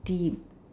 deep